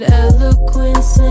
eloquence